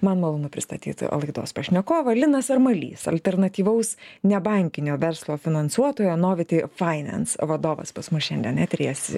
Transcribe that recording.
man malonu pristatyti laidos pašnekovą linas armalys alternatyvaus nebankinio verslo finansuotojo noviti finanse vadovas pas mus šiandien eteryje